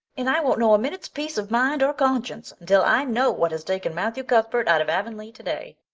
and i won't know a minute's peace of mind or conscience until i know what has taken matthew cuthbert out of avonlea today.